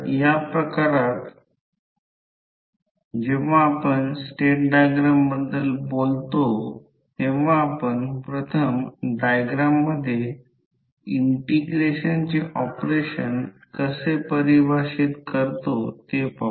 उदाहरण 2 जेव्हा दोन्ही कॉइलस् 1 अँपिअर करंटने एक्साईट केलेल्या असतात तेव्हा ∅3 शोधा प्रश्न असा आहे की दोन्ही कॉइलस् एक्साईट केलेल्या आहेत येथे पहा